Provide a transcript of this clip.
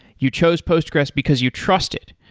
you chose postgres because you trust it.